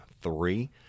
three